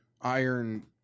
Iron